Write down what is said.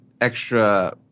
Extra